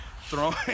throwing